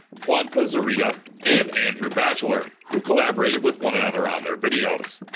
juanpa zurita, and andrew bachelor, who collaborated with one another on their videos.